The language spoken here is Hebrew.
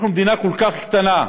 אנחנו מדינה כל כך קטנה,